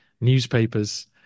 newspaper's